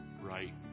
right